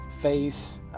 face